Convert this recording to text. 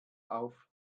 auf